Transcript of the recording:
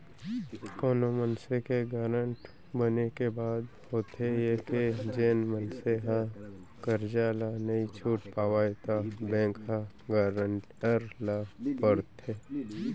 कोनो मनसे के गारंटर बने के बाद होथे ये के जेन मनसे ह करजा ल नइ छूट पावय त बेंक ह गारंटर ल पकड़थे